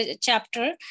chapter